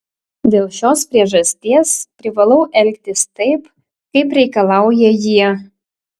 dėl šios priežasties privalau elgtis taip kaip reikalauja jie